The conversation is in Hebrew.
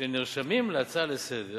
יש לנו מזכירת הכנסת,